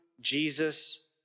Jesus